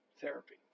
therapy